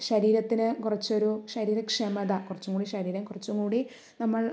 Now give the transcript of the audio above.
ശരീരത്തിന് കുറച്ച് ഒരു ശരീര ക്ഷമത കുറച്ചും കൂടി ശരീരം കുറച്ചും കൂടി നമ്മൾ